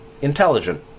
intelligent